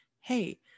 hey